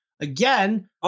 again